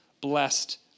blessed